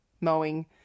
mowing